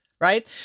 right